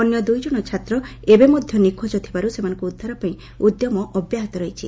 ଅନ୍ୟ ଦୁଇଜଣ ଛାତ୍ର ଏବେ ମଧ୍ଧ ନିଖୋଜ ଥିବାରୁ ସେମାନଙ୍କୁ ଉଦ୍ଧାର ପାଇଁ ଉଦ୍ୟମ ଅବ୍ୟାହତ ରହିଛି